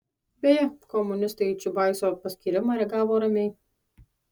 beje komunistai į čiubaiso paskyrimą reagavo ramiai